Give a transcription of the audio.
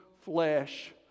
flesh